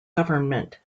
government